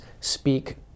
speak